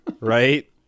right